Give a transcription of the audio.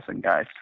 guys